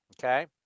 okay